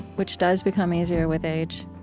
which does become easier with age.